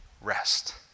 rest